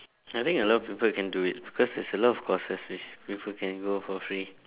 I think a lot of people can do it because there's a lot of courses which people can go for free